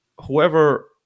whoever